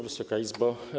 Wysoka Izo!